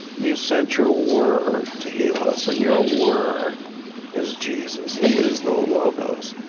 you sent your word to heal us, and your word is jesus, he is the logos,